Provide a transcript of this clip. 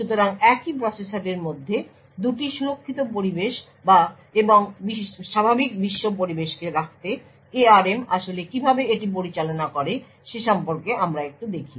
সুতরাং একই প্রসেসরের মধ্যে দুটি সুরক্ষিত পরিবেশ এবং স্বাভাবিক বিশ্ব পরিবেশকে রাখতে ARM আসলে কীভাবে এটি পরিচালনা করে সে সম্পর্কে আমরা একটু দেখি